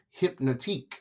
Hypnotique